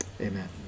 amen